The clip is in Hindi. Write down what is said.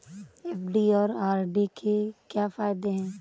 एफ.डी और आर.डी के क्या फायदे हैं?